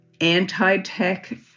anti-tech